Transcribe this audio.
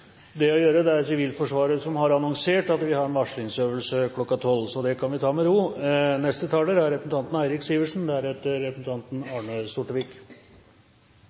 å gjøre. Det er Sivilforsvaret som har annonsert at de har en varslingsøvelse kl. 12, så det kan vi ta med ro.